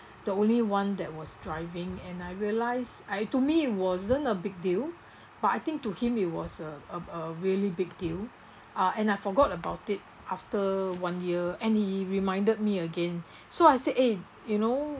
the only one that was driving and I realised I to me it wasn't a big deal but I think to him it was a a a really big deal uh and I forgot about it after one year and he reminded me again so I say eh you know